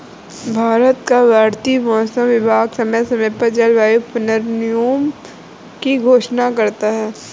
भारत का भारतीय मौसम विभाग समय समय पर जलवायु पूर्वानुमान की घोषणा करता है